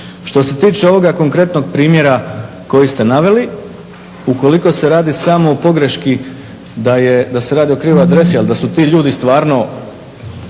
Što se tiče ovoga konkretnog primjera koje ste naveli, ukoliko se radi samo o pogreški da se radi o krivoj adresi ali da su ti ljudi stvarno